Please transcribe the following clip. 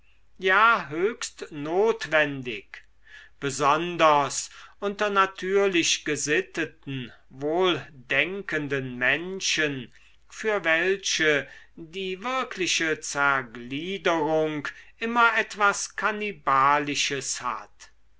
ja höchst notwendig besonders unter natürlich gesitteten wohldenkenden menschen für welche die wirkliche zergliederung immer etwas kannibalisches hat